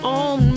on